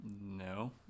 No